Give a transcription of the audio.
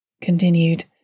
Continued